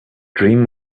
dream